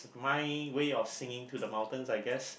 my way of singing to the mountains I guess